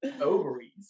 ovaries